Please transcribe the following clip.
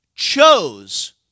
chose